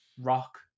rock